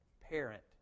parent